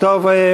טוב,